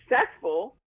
successful